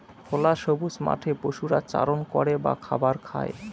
খোলা সবুজ মাঠে পশুরা চারণ করে বা খাবার খায়